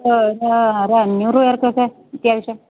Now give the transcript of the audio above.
അത് ഒരഞ്ഞൂറ്ു പേർക്കൊക്കെ അത്യാവശ്യം